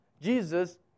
Jesus